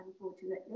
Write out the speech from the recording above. unfortunately